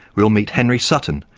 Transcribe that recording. we'll meet henry sutton,